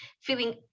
feeling